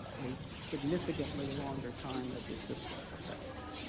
a significantly longer time as assistant professors.